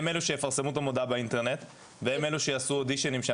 הם אלו שיפרסמו את המודעה באינטרנט והם אלו שיעשו אודישנים.